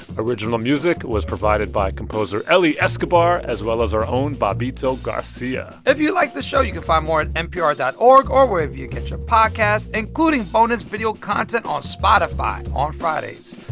original music was provided by composer eli escobar, as well as our own bobbito garcia if you liked the show, you can find more at npr dot org or wherever you get your podcasts, including bonus video content on spotify on fridays.